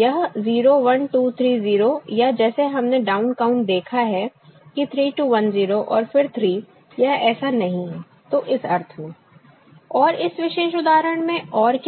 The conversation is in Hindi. यह 0 1 2 3 0 या जैसा हमने डाउन काउंट देखा है कि 3 2 1 0 और फिर 3 यह ऐसा नहीं है तो इस अर्थ में और इस विशेष उदाहरण में और क्या है